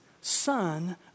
son